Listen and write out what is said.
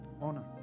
Honor